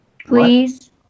Please